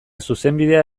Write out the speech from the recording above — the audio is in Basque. zuzenbidea